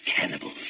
cannibals